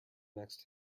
next